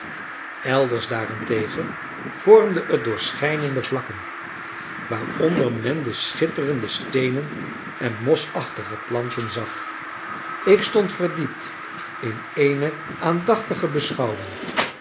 elders daarentegen vormde het doorschijnende vakken waaronder men de schitterende steenen en mosachtige planten zag ik stond verdiept in eene aandachtige beschouwing